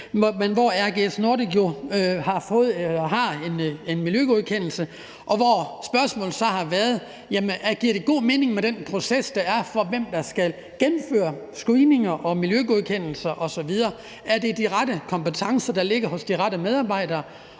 osv. RGS Nordic har her en miljøgodkendelse, og spørgsmålet har så været: Giver det god mening med den proces, der er, i forhold til hvem der skal gennemføre screeninger, miljøgodkendelser osv.? Er det de rette kompetencer, der ligger hos de rette medarbejdere?